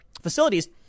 facilities